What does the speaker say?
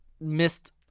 missed